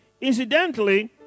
Incidentally